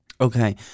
Okay